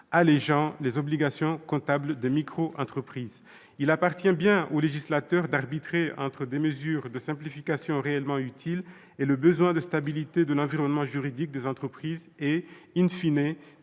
allégeant les obligations comptables des microentreprises et petites entreprises. Il appartient bien au législateur d'arbitrer entre des mesures de simplification réellement utiles et le besoin de stabilité de l'environnement juridique des entreprises et,, de